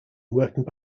working